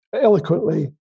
eloquently